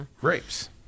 grapes